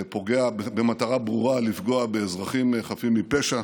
פוגע, במטרה ברורה לפגוע באזרחים חפים מפשע.